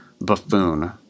buffoon